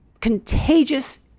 contagious